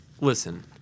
listen